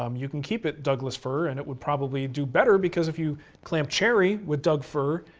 um you can keep it douglas fir and it would probably do better because if you clamp cherry with doug fir,